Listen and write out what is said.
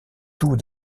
tout